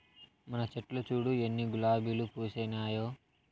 మన చెట్లు చూడు ఎన్ని గులాబీలు పూసినాయో